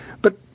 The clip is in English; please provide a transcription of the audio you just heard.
But